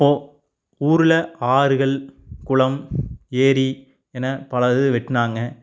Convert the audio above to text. இப்போது ஊரில் ஆறுகள் குளம் ஏரி என பல இது வெட்டினாங்க